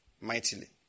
mightily